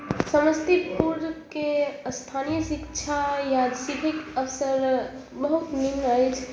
समस्तीपुरके स्थानीय शिक्षा या सीखैके अबसर बहुत नीक अछि